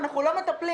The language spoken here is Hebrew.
אנחנו לא מטפלים,